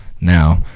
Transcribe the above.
now